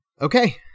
okay